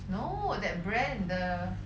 no that brand the